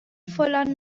فلان